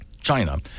China